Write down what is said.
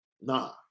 Nah